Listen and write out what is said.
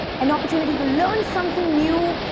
an opportunity to learn something new,